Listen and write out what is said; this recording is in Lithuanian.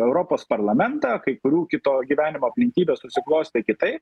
europos parlamentą kai kurių kito gyvenimo aplinkybės susiklostė kitaip